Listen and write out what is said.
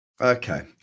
Okay